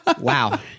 wow